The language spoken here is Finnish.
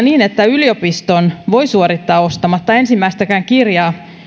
niin että yliopiston voi suorittaa ostamatta ensimmäistäkään kirjaa